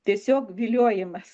tiesiog viliojimas